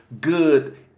good